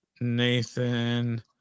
Nathan